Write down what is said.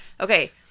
Okay